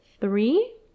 three